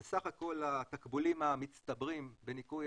זה סך הכול התקבולים המצטברים בניכוי